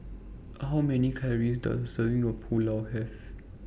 How Many Calories Does A Serving of Pulao Have